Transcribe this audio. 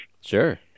Sure